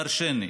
דורשני.